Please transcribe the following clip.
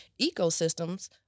ecosystems